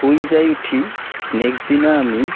শুই যাই উঠি নেক্সট দিনা আমি